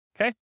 okay